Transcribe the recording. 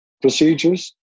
procedures